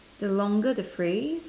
the longer the phrase